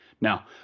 Now